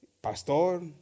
pastor